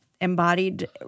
embodied